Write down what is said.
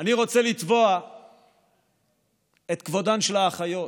אני רוצה לתבוע את כבודן של האחיות